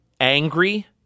angry